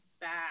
back